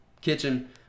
kitchen